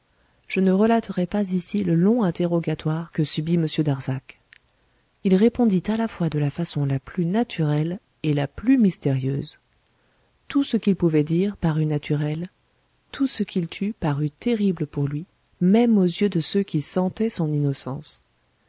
je ne relaterai pas ici le long interrogatoire que subit m darzac il répondit à la fois de la façon la plus naturelle et la plus mystérieuse tout ce qu'il pouvait dire parut naturel tout ce qu'il tut parut terrible pour lui même aux yeux de ceux qui sentaient son innocence